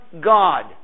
God